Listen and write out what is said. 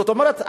זאת אומרת,